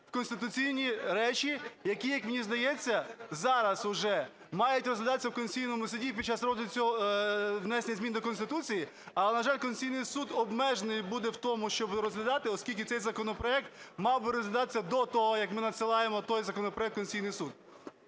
конституційні речі, які, як мені здається, зараз вже мають розглядатися в Конституційному Суді внесення змін до Конституції. Але, на жаль, Конституційний Суд обмежений буде в тому, щоб розглядати, оскільки цей законопроект мав би розглядатися до того, як ми надсилаємо той законопроект в Конституційний Суд.